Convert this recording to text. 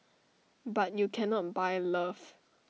but you cannot buy love